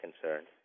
concerned